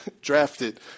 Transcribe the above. drafted